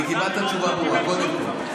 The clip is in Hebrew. קיבלת תשובה ברורה, קודם כול.